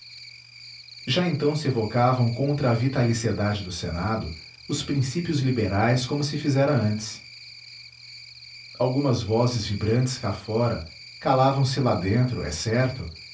já então se evocavam contra a vitaliciedade do senado os princípios liberais como se fizera antes algumas vozes vibrantes cá fora calavam se lá dentro é certo